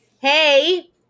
Hey